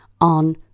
on